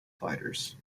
fighters